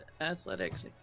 Athletics